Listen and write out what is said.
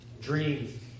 dreams